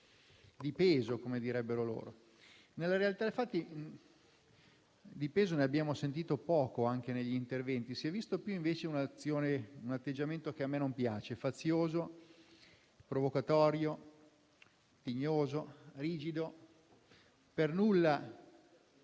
di peso, come direbbero loro. Nella realtà dei fatti, di peso ne abbiamo sentito poco anche negli interventi. Si è visto più, invece, un atteggiamento che a me non piace e che definirei fazioso, provocatorio, tignoso, rigido, per nulla